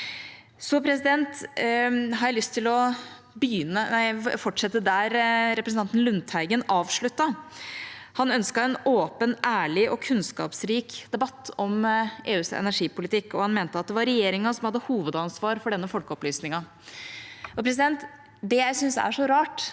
til å fortsette der representanten Lundteigen avsluttet. Han ønsket en åpen, ærlig og kunnskapsrik debatt om EUs energipolitikk, og han mente at det var regjeringa som hadde hovedansvaret for denne folkeopplysningen. Det jeg syns er rart,